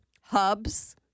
hubs